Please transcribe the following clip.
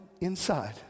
inside